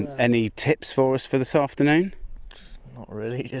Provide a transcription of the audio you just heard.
any tips for us for this afternoon. not really.